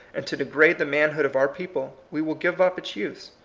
and to degrade the man hood of our people, we will give up its use.